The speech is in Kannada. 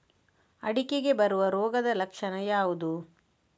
ಅಡಿಕೆಗೆ ಬರುವ ರೋಗದ ಲಕ್ಷಣ ಯಾವುದು?